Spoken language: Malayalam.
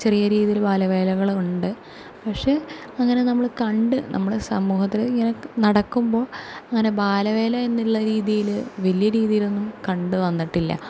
ചെറിയ രീതിയിൽ ബാല വേലകൾ ഉണ്ട് പക്ഷെ അങ്ങനെ നമ്മൾ കണ്ട് നമ്മളെ സമൂഹത്തിൽ ഇങ്ങനെ നടക്കുമ്പോൾ അങ്ങനെ ബാലവേല എന്നുള്ള രീതിയിൽ വലിയ രീതിയിലൊന്നും കണ്ടു വന്നിട്ടില്ല